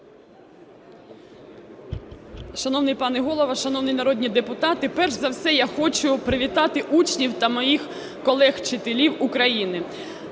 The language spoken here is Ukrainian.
Шановний пане Голово, шановні народні депутати! Перш за все я хочу привітати учнів та моїх колег – вчителів України.